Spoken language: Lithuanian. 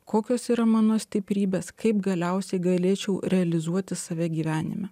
kokios yra mano stiprybės kaip galiausiai galėčiau realizuoti save gyvenime